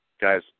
guys